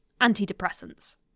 antidepressants